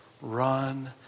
Run